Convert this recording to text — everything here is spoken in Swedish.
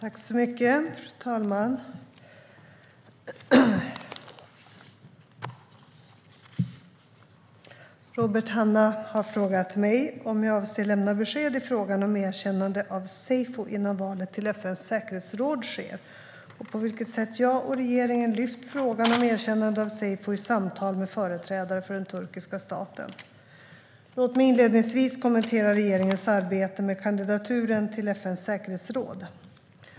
Fru talman! Robert Hannah har frågat mig om jag avser att lämna besked i frågan om erkännande av seyfo innan valet till FN:s säkerhetsråd sker och på vilket sätt jag och regeringen lyft fram frågan om erkännande av seyfo i samtal med företrädare för den turkiska staten. Låt mig inledningsvis kommentera regeringens arbete med kandidaturen till FN:s säkerhetsråd.